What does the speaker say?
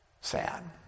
sad